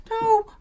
No